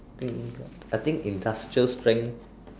I think I think industrial strength